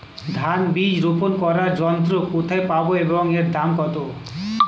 ধান বীজ রোপন করার যন্ত্র কোথায় পাব এবং এর দাম কত?